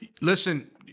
Listen